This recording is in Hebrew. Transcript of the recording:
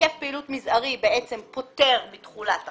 שהיקף פעילות מזערי בעצם פוטר מתחולת החוק,